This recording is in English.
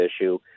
issue